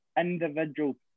individual